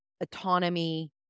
autonomy